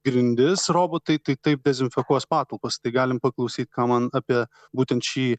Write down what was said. grindis robotai tai taip dezinfekuos patalpas tai galim paklausyt ką man apie būtent šį